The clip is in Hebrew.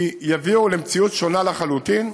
יביאו למציאות שונה לחלוטין,